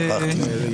שכחתי.